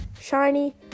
shiny